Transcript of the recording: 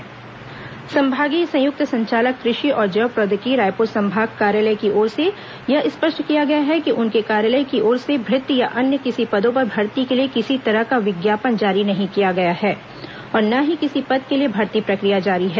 कृषि विभाग फर्जी नियुक्ति पत्र संभागीय संयुक्त संचालक कृषि और जैव प्रौद्योगिकी रायपुर संभाग कार्यालय की ओर से यह स्पष्ट किया गया है कि उनके कार्यालय की ओर से भृत्य या अन्य किसी पदों पर भर्ती के लिए किसी तरह का विज्ञापन जारी नहीं किया गया है और ना ही किसी भी पद के लिए भर्ती प्रक्रिया जारी है